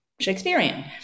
Shakespearean